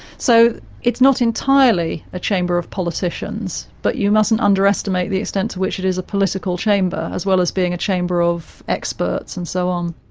so it's not entirely a chamber of politicians, but you mustn't underestimate the extent to which it is a political chamber as well as being a chamber of experts and so on.